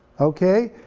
okay?